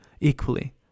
equally